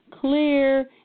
clear